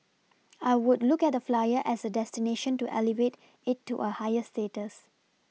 I would look at the Flyer as a destination to elevate it to a higher status